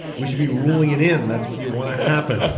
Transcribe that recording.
we should be ruling it in. that's what you want to happen.